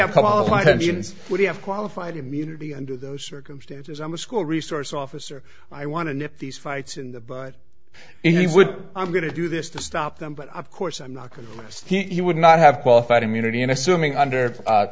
have qualified immunity under those circumstances i'm a school resource officer i want to nip these fights in the butt he would i'm going to do this to stop them but i've course i'm not because he would not have qualified immunity and assuming under